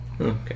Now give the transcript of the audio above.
Okay